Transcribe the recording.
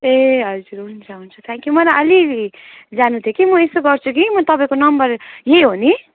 ए हजुर हुन्छ हुन्छ थ्याङ्क यु मलाई अलिक अलिक जान्नु थियो कि म यसो गर्छु कि म तपाईँको नम्बर यही हो नि